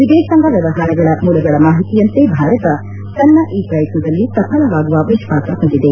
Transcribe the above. ವಿದೇಶಾಂಗ ವ್ವವಹಾರಗಳ ಮೂಲಗಳ ಮಾಹಿತಿಯಂತೆ ಭಾರತ ತನ್ನ ಈ ಪ್ರಯತ್ನದಲ್ಲಿ ಸಫಲವಾಗುವ ವಿಶ್ವಾಸ ಹೊಂದಿದೆ